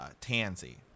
Tansy